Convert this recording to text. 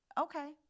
okay